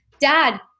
dad